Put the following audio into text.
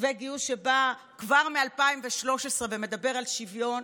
מתווה גיוס שבא כבר ב-2013 ומדבר על שוויון,